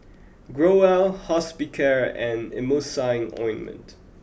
Growell Hospicare and Emulsying Ointment